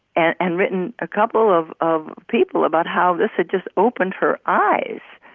and and written a couple of of people about how this had just opened her eyes,